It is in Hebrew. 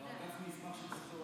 מר גפני ישמח על